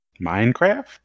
Minecraft